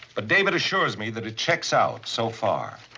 ah david assures me that it checks out, so far.